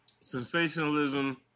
Sensationalism